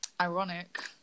Ironic